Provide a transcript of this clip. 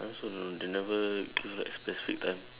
I also don't know they never put like specific time